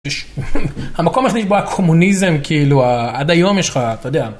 המקום הכניס בקומוניזם כאילו עד היום יש לך אתה יודע.